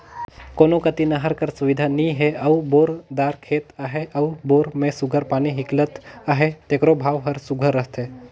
कोनो कती नहर कर सुबिधा नी हे अउ बोर दार खेत अहे अउ बोर में सुग्घर पानी हिंकलत अहे तेकरो भाव हर सुघर रहथे